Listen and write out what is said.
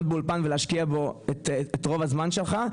באולפן ולהשקיע בו את רוב הזמן שלך,